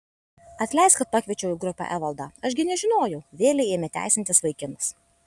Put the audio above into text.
atleisk kad pakviečiau į grupę evaldą aš gi nežinojau vėlei ėmė teisintis vaikinas